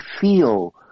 feel